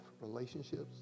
relationships